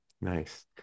Nice